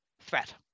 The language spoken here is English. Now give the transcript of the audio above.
threat